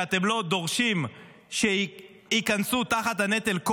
כשאתם לא דורשים שכל הציבור ייכנס תחת הנטל.